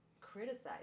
criticize